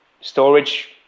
storage